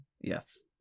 Yes